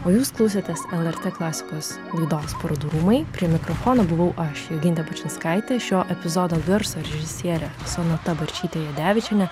o jūs klausėtės lrt klasikos laidos parodų rūmai prie mikrofono buvau aš jogintė bučinskaitė šio epizodo garso režisierė sonata barčytė jodevičienė